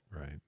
Right